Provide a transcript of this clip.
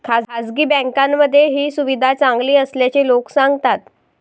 खासगी बँकांमध्ये ही सुविधा चांगली असल्याचे लोक सांगतात